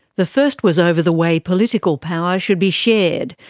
the first was over the way political power should be shared.